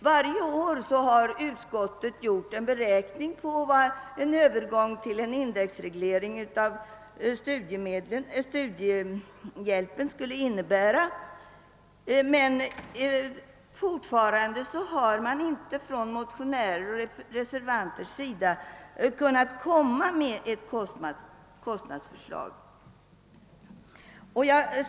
Varje år har ulskottet gjort en beräkning av vad cn övergång till indexreglering av studiehjälpen ekonomiskt skulle innebära, men ännu har inte motionärer och reservanter kunnat presentera ett kostnadsförslag.